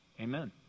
Amen